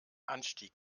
anstieg